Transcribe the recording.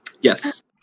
Yes